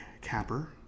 capper